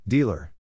Dealer